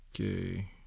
Okay